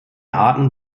arten